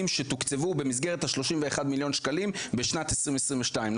שתוקצבו במסגרת ה-31 מיליון שקלים בשנת 2022,